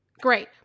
Great